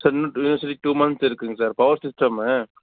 sir இன்னும் two சரியா two months இருக்குதுங்க சார் பவர் சிஸ்டம்மு